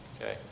Okay